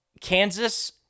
Kansas